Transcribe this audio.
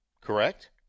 Correct